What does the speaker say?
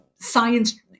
science